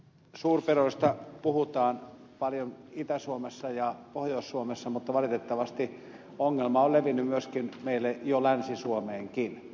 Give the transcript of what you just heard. suurpedoista puhutaan paljon itä suomessa ja pohjois suomessa mutta valitettavasti ongelma on levinnyt myöskin meille jo länsi suomeenkin